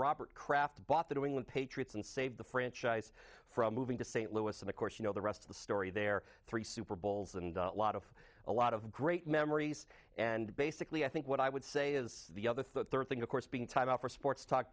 robert kraft bought the new england patriots and saved the franchise from moving to st louis and of course you know the rest of the story there are three super bowls and a lot of a lot of great memories and basically i think what i would say is the other third thing of course being time out for sports talk